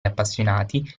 appassionati